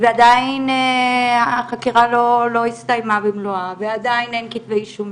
ועדיין החקירה לא הסתיימה במלואה ועדיין אין כתבי אישום,